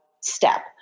step